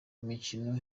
imikino